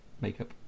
makeup